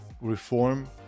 Reform